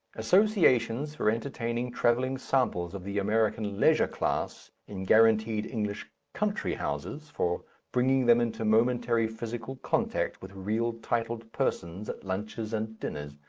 associations for entertaining travelling samples of the american leisure class in guaranteed english country houses, for bringing them into momentary physical contact with real titled persons at lunches and dinners,